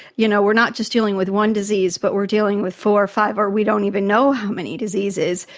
you know, we're not just dealing with one disease but we're dealing with four or five, or we don't even know how many diseases.